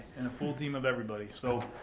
and a full team of everybody. so